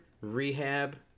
rehab